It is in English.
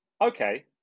Okay